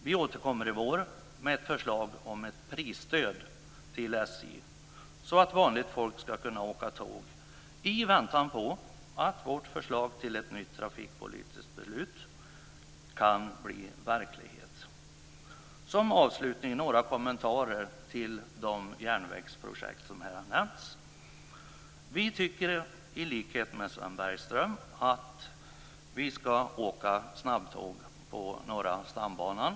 Vi återkommer i vår med ett förslag om ett prisstöd till SJ, så att vanligt folk skall kunna åka tåg i väntan på att vårt förslag till ett nytt trafikpolitiskt beslut kan bli verklighet. Som avslutning vill jag göra några kommentarer till de järnvägsprojekt som här har nämnts. Vi tycker i likhet med Sven Bergström att vi skall åka snabbtåg på Norra stambanan.